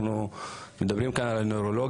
אנחנו מדברים כאן על הנוירולוגיה.